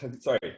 sorry